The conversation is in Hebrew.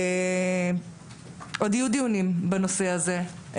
עוד יהיו דיונים בנושא הזה.